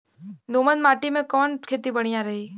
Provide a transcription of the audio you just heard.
दोमट माटी में कवन खेती बढ़िया रही?